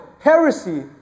heresy